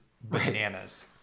bananas